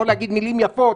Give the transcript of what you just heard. לבוא להגיד מילים יפות,